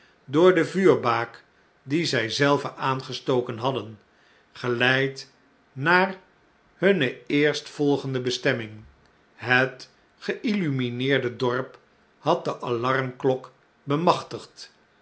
door de vuurbaak die zjj zelve aangestoken hadden geleid naarhunne eerstvolgende bestemming het geillumineerde dorp had de alarmklok bemachtigd